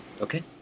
okay